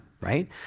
Right